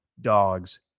dogs